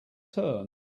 turn